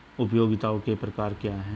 उपयोगिताओं के प्रकार क्या हैं?